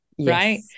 right